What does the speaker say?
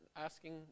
asking